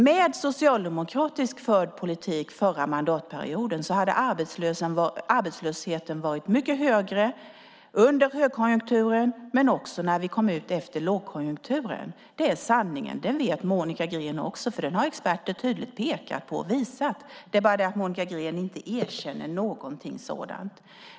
Med en socialdemokratiskt förd politik under den förra mandatperioden hade arbetslösheten varit mycket högre under högkonjunkturen men också när vi kom ut efter lågkonjunkturen. Det är sanningen. Det vet Monica Green också för den har experter tydligt pekat på och visat. Men Monica Green erkänner inte någonting sådant.